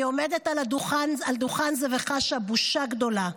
אני עומדת על דוכן זה וחשה בושה גדולה,